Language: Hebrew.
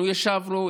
אנחנו ישבנו,